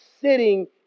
sitting